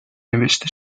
نوشته